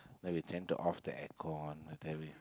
then we tend to off the air con and then we